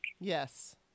Yes